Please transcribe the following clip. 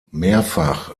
mehrfach